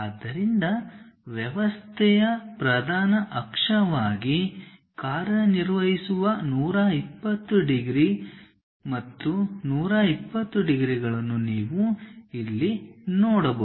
ಆದ್ದರಿಂದ ವ್ಯವಸ್ಥೆಯ ಪ್ರಧಾನ ಅಕ್ಷವಾಗಿ ಕಾರ್ಯನಿರ್ವಹಿಸುವ 120 ಡಿಗ್ರಿ 120 ಡಿಗ್ರಿ ಮತ್ತು 120 ಡಿಗ್ರಿಗಳನ್ನು ನೀವು ಇಲ್ಲಿ ನೋಡಬಹುದು